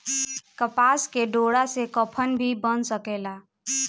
कपास के डोरा से कफन भी बन सकेला